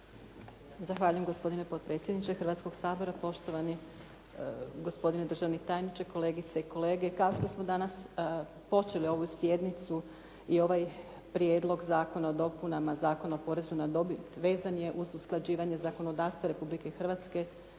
Zahvaljujem gospodine potpredsjedniče Hrvatskog sabora, poštovani gospodine državni tajniče, kolegice i kolege. Kao što smo danas počeli ovu sjednicu i ovaj Prijedlog zakona o dopunama Zakona o porezu na dobit vezan je uz usklađivanje zakonodavstva Republike Hrvatske